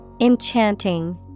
Enchanting